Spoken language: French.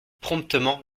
promptement